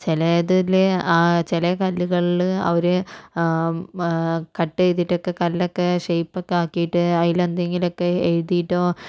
ചിലതില് ആ ചില കല്ലുകളില് അവര് കട്ട് ചെയ്തിട്ടക്കെ കല്ലൊക്കെ ഷേയ്പ്പൊക്കെ ആക്കീട്ട് അതിലെന്തെങ്കിലുമൊക്കെ എഴുതിയിട്ടോ